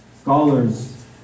scholars